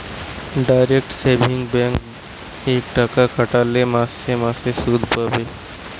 direct savings bank এ টাকা খাটালে মাসে মাসে শুধ পাবে